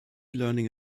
learning